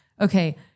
okay